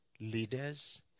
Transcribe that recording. leaders